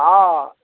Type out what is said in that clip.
हँ